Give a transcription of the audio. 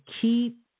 keep